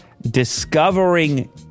discovering